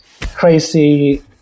crazy